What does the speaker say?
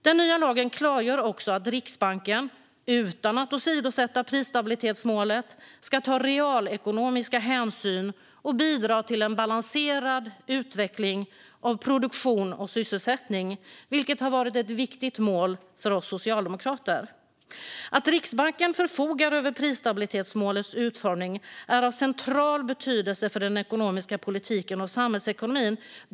Den nya lagen klargör också att Riksbanken, utan att åsidosätta prisstabilitetsmålet, ska ta realekonomiska hänsyn och bidra till en balanserad utveckling av produktion och sysselsättning, vilket har varit ett viktigt mål för oss socialdemokrater. Att Riksbanken förfogar över prisstabilitetsmålets utformning är av central betydelse för den ekonomiska politiken och samhällsekonomin.